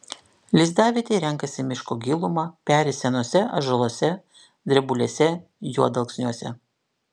lizdavietei renkasi miško gilumą peri senuose ąžuoluose drebulėse juodalksniuose